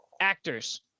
actors